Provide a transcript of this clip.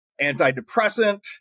antidepressant